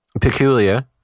peculiar